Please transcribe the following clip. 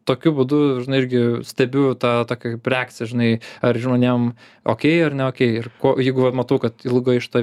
tokiu būdu žinai irgi stebiu tą kaip reakciją žinai ar žmonėm okei ar ne okei ir ko jeigu va matau kad ilgai štai